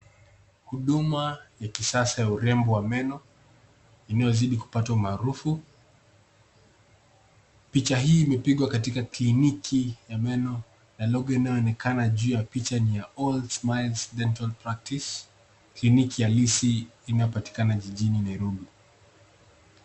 Huduma ya kisasa ya urembo wa meno inayozidi kupata umaarufu. Picha hii imepigwa katika kliniki ya meno na logo inayonekana juu ya pichaa ni ya all smile dental practice kliniki halisi inayo patikana jijini Nairobi.